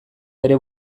bere